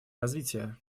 развития